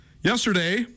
Yesterday